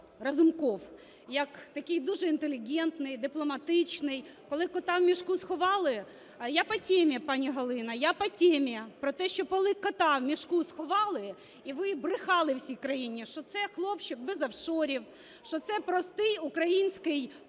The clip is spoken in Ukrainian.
Я по темі, пані Галино. Я по темі! Про те, що коли кота в мішку сховали, і ви брехали всій країні, що це хлопчик без офшорів, що це простий український парень